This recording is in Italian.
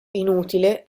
inutile